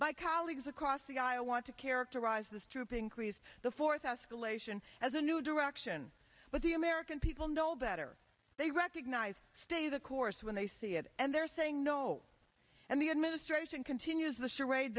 my colleagues across the aisle want to characterize this troop increase the fourth escalation as a new day action but the american people know that or they recognize stay the course when they see it and they're saying no and the administration continues the charade